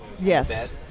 Yes